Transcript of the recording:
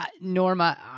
Norma